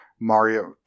Mario